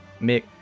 Mick